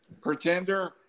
pretender